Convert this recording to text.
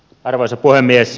arvoisa puhemies